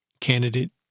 candidate